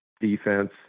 defense